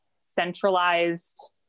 centralized